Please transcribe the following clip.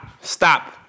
Stop